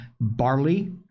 barley